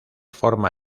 forma